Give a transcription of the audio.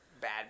bad